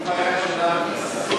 חבר הכנסת יצחק הרצוג, לשאת דברים.